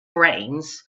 brains